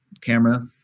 camera